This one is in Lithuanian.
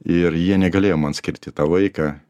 ir jie negalėjo man skirti tą laiką